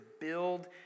build